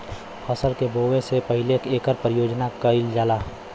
फसल के बोवे से पहिले एकर परियोग करल जाला